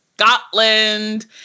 Scotland